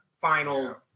final